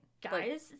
Guys